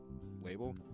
label